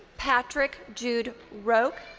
patrick jude roch.